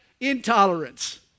intolerance